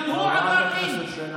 גם הוא עבר לינץ'.